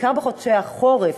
בעיקר בחודשי החורף,